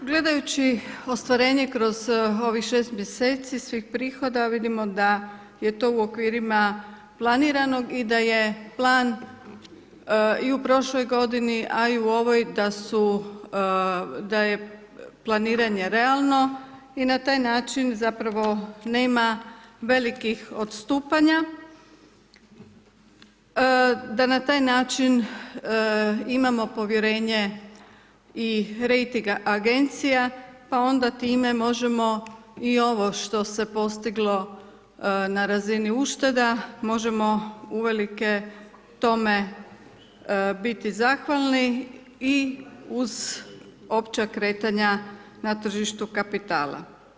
Gledajući ostvarenje kroz ovih 6 mj. svih prihoda, vidimo da je to u okvirima planiranog i da je plan i u prošloj godini a i u ovoj da je planiranje realno i na taj način zapravo nema velikih odstupanja, da na taj način imamo povjerenje i rejting agencija pa onda time možemo i ovo što se postiglo na razini ušteda, možemo uvelike tome biti zahvalni i uz opća kretanja na tržištu kapitala.